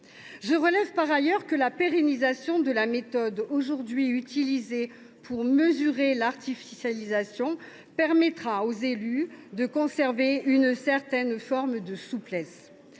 Je relève, par ailleurs, que la pérennisation de la méthode aujourd’hui utilisée pour mesurer l’artificialisation permettra aux élus de conserver une certaine forme de souplesse.